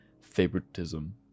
favoritism